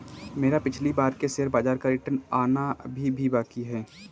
मेरा पिछली बार के शेयर बाजार का रिटर्न आना अभी भी बाकी है